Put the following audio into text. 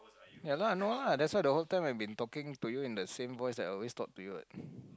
ya lah no lah that's why the whole time have been talking to you in a same voices that always talk to you what